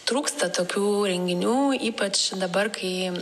trūksta tokių renginių ypač dabar kai